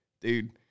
dude